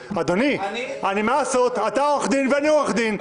אדוני, מה לעשות, אתה עורך דין ואני עורך דין.